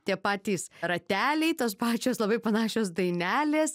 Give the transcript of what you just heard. tie patys rateliai tos pačios labai panašios dainelės